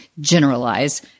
Generalize